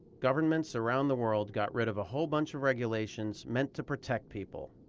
governments around the world got rid of a whole bunch of regulations meant to protect people,